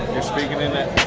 you're speaking in that,